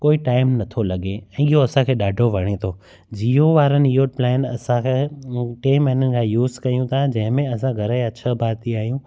कोई टाइम नथो लॻे ऐं इहो असांखे ॾाढो वणे थो जियो वारनि इहो प्लान असांखे टे महीननि खां यूस कयूं था जंहिंमें असां घर जा छह भाती आहियूं